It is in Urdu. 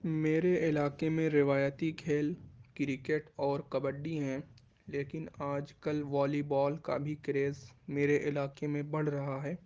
میرے علاقے میں روایتی کھیل کرکٹ اور کبڈی ہیں لیكن آج کل والی بال كا بھی کریز میرے علاقے میں بڑھ رہا ہے